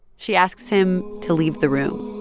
she asks him to leave the room.